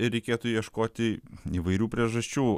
reikėtų ieškoti įvairių priežasčių